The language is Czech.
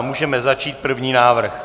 Můžeme začít, první návrh.